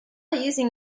using